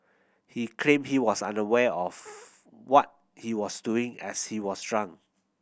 he claimed he was unaware of what he was doing as he was drunk